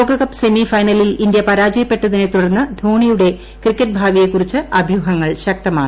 ലോകകപ്പ് സെമി ഹൈനലിൽ ഇന്ത്യ പരാജയപ്പെട്ടതിനെ തുടർന്ന് ധോണിയുടെ ക്രിക്കറ്റ് ഭാവിയെകുറിച്ച് അഭ്യൂഹങ്ങൾ ശക്തമാണ്